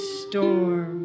storm